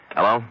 Hello